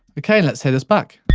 okay let's here this back.